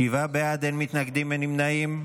שבעה בעד, אין מתנגדים, אין נמנעים.